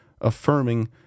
affirming